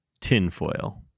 Tinfoil